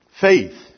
Faith